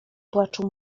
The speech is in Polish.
płaczu